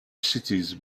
cities